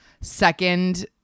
Second